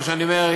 כמו שאני אומר,